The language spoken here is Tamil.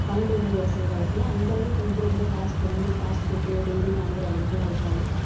வாங்கிட்டு வந்து செய்கிற அளவுக்கெல்லாம் அந்த அளவுக்கு வந்து ரொம்ப காசு பண்ணி காசு போட்டு டெய்லி வாங்குகிற அளவுக்கெல்லாம் இருக்காது